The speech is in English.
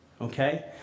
okay